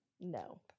No